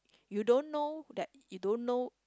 you don't know that you don't know